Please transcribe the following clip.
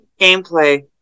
gameplay